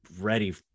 ready